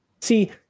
see